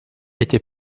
était